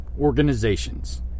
organizations